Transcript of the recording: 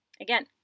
Again